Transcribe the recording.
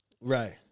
Right